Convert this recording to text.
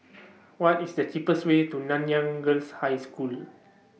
What IS The cheapest Way to Nanyang Girls' High School